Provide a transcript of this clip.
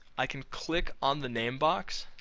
i can click on the name box